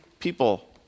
People